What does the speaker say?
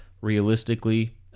Realistically